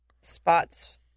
Spots